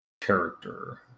character